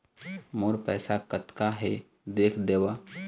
मोर पैसा कतका हे देख देव?